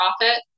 profit